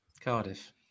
Cardiff